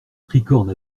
tricorne